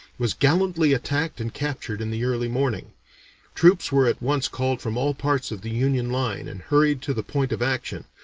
was gallantly attacked and captured in the early morning troops were at once called from all parts of the union line and hurried to the point of action,